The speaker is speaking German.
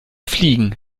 fliegen